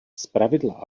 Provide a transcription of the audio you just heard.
zpravidla